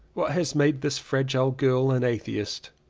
what has made this fragile girl an atheist?